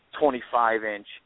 25-inch